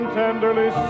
tenderly